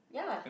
ya